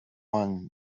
won